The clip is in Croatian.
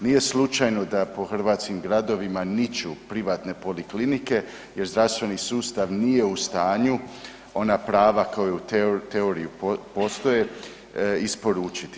Nije slučajno da po hrvatskim gradovima niču privatne poliklinike jer zdravstveni sustav nije u stanju ona prava koja u teoriji postoje isporučiti.